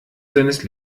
seines